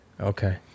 Okay